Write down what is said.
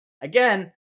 again